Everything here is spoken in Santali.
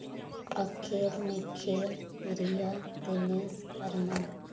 ᱟᱹᱠᱷᱤᱞ ᱱᱤᱠᱷᱤᱞ ᱯᱨᱤᱭᱟ ᱫᱤᱱᱮᱥ ᱟᱨᱢᱟᱱ